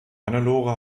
hannelore